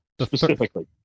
Specifically